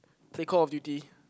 play Call of Duty